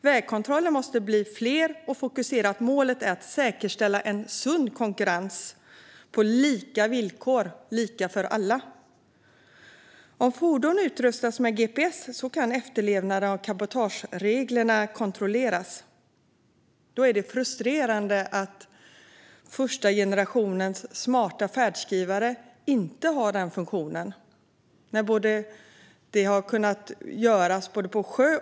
Vägkontrollerna måste bli fler, och fokus måste vara på att säkerställa sund konkurrens på lika villkor - lika för alla. Om fordon utrustas med gps kan efterlevnaden av cabotagereglerna kontrolleras. Det är frustrerande att första generationens smarta färdskrivare inte har den funktionen, när både sjöfart och flyg har kunnat göra detta.